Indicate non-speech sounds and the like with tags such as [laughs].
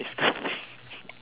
[laughs]